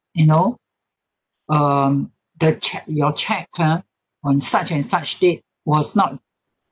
you know um the che~ your check ha on such and such date was not